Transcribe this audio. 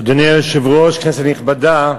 אדוני היושב-ראש, כנסת נכבדה,